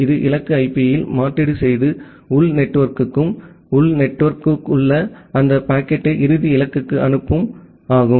இது இலக்கு ஐபி யில் மாற்றீடு செய்து உள் நெட்வொர்க்குக்கும் உள் நெட்வொர்க்குக்கும் அந்த பாக்கெட்டை இறுதி இலக்குக்கு அனுப்பும்